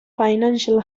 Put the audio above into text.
financial